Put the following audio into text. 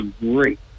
great